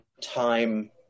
time